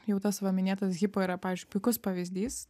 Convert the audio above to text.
jau tas va minėtas hipo yra pavyzdžiui puikus pavyzdys